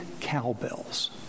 cowbells